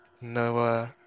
no